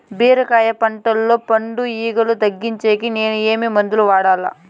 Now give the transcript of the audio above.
బీరకాయ పంటల్లో పండు ఈగలు తగ్గించేకి నేను ఏమి మందులు వాడాలా?